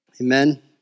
Amen